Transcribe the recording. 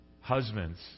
Husbands